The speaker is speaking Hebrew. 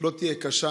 לא תהיה קשה,